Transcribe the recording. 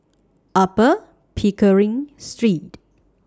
Upper Pickering Street